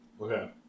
Okay